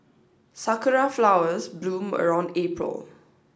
sakura flowers bloom around April